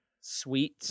Sweet